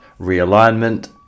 realignment